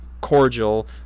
cordial